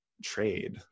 trade